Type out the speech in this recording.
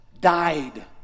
died